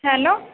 hello